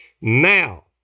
now